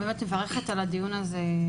אני מברכת על הדיון הזה,